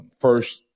first